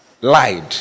lied